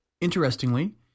Interestingly